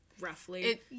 roughly